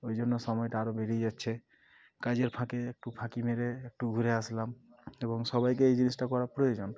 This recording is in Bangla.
ওই জন্য সময়টা আরও বেরিয়ে যাচ্ছে কাজের ফাঁকে একটু ফাঁকি মেরে একটু ঘুরে আসলাম এবং সবাইকে এই জিনিসটা করা প্রয়োজন